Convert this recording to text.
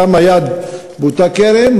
באותה קרן,